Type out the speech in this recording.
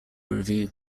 review